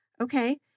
okay